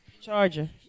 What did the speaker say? charger